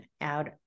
out